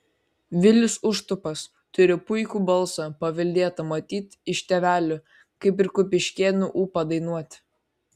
vilius užtupas turi puikų balsą paveldėtą matyt iš tėvelio kaip ir kupiškėnų ūpą dainuoti